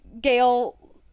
gail